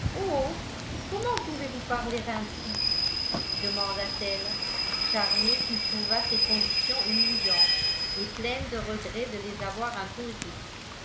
comment pouvez-vous parler ainsi demanda-t-elle charmée qu'il trouvât ces conditions humiliantes et pleine de regret de les avoir imposées